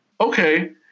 Okay